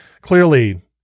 clearly